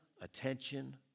attention